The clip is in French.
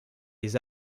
des